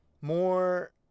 more